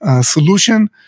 solution